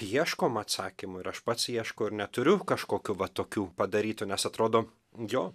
ieškom atsakymų ir aš pats ieškau ir neturiu kažkokių va tokių padarytų nes atrodo jo